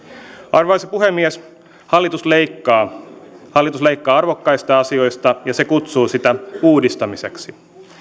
arvoisa puhemies hallitus leikkaa hallitus leikkaa arvokkaista asioista ja se kutsuu sitä uudistamiseksi